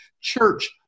church